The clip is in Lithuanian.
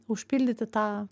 užpildyti tą